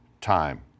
Time